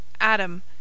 Adam